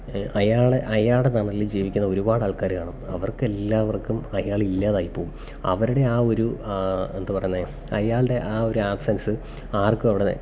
അയാളെ അയാളുടെ തണലിൽ ജീവിക്കുന്ന ഒരുപാട് ആൾക്കാർ കാണും അവർക്കെല്ലാവർക്കും അയാളില്ലാതായിപ്പോകും അവരുടെ ആ ഒരു എന്താ പറയുന്നത് അയാളുടെ ആ ഒരാബ്സെൻസ് ആർക്കും അവിടെ